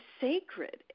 sacred